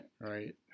Right